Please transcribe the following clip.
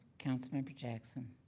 councilmember jackson.